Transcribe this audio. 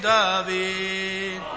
David